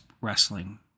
wrestling